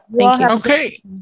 Okay